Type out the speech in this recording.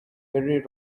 very